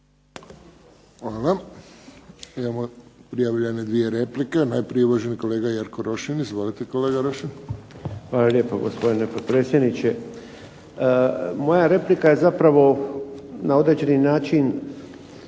Hvala. Imamo prijavljene dvije replike. Najprije uvaženi kolega Jerko Rošin. Izvolite kolega Rošin. **Rošin, Jerko (HDZ)** Hvala lijepo gospodine potpredsjedniče. Moja replika je zapravo na određeni način